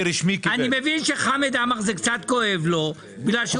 מבין שלחמד עמאר זה קצת כואב בגלל שהוא